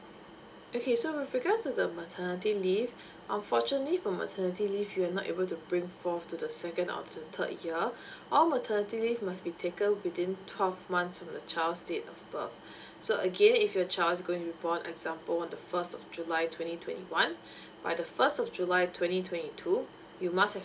okay so with regards to the maternity leave unfortunately for maternity leave you're not able to bring forth to the second or to third year all maternity leave must be taken within twelve months from the child's date of birth so again if your child is going to be born example on the first of july twenty twenty one by the first of july twenty twenty two you must have